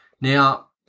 Now